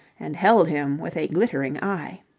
and held him with a glittering eye.